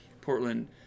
Portland